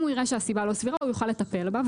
אם הוא יראה שהסיבה לא סבירה, הוא יוכל לטפל בה.